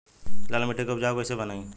लाल मिट्टी के उपजाऊ कैसे बनाई?